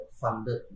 funded